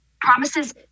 Promises